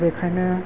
बेखायनो